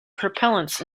propellants